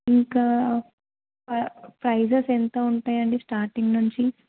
ఇంకా ప్రైసెస్ ఎంత ఉంటాయండి స్టార్టింగ్ నుంచి